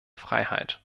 freiheit